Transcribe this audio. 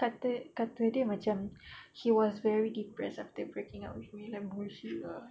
kata-kata dia macam he was very depressed after breaking up with me like bullshit lah